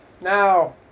Now